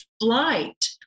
Flight